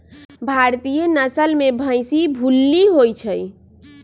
भारतीय नसल में भइशी भूल्ली होइ छइ